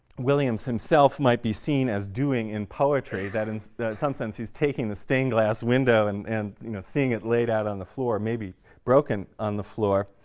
williams himself might be seen as doing in poetry, that in some sense he's taking the stained glass window and and you know seeing it laid out on the floor, maybe broken on the floor.